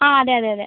ആ അതെ അതെ അതെ